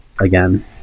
Again